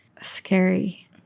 Scary